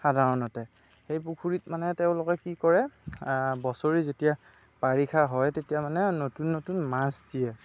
সাধাৰণতে সেই পুখুৰিত মানে তেওঁলোকে কি কৰে বছৰি যেতিয়া বাৰিষা হয় তেতিয়া মানে নতুন নতুন মাছ দিয়ে